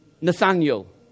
Nathaniel